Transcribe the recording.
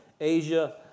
Asia